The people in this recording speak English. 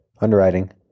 underwriting